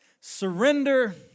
surrender